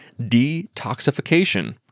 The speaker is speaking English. detoxification